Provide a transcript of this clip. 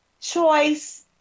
choice